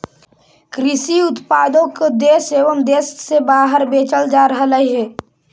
कृषि उत्पादों को देश एवं देश से बाहर बेचल जा रहलइ हे